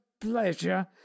pleasure